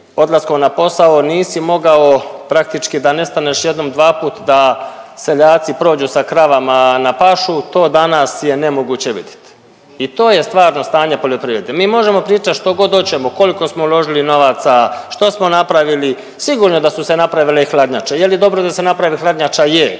odlaskom na posao nisi mogao praktički da ne staneš jednom, dvaput da seljaci prođu sa kravama na pašu, to danas je nemoguće vidit. I to je stvarno stanje poljoprivrede. Mi možemo pričati što god oćemo, koliko smo uložili novaca, što smo napravili, sigurno da su se napravile i hladnjače. Je li dobro da se napravi hladnjača? Je. Je li dobro da smo pomogli tehnološki